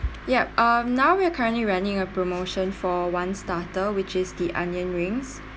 yup um now we are currently running a promotion for one starter which is the onion rings